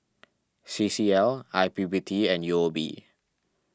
C C L I P P T and U O B